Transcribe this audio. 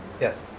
Yes